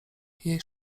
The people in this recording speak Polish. jej